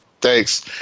Thanks